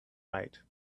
right